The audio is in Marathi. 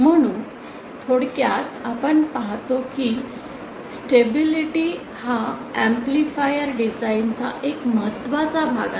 म्हणून थोडक्यात आपण पाहतो की स्टेबिलिटी हा ऍम्प्लिफायर डिझाइन चा एक महत्वाचा भाग आहे